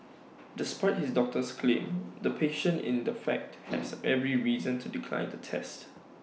despite his doctor's claims the patient in the fact has every reason to decline the test